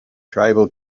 tribal